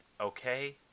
okay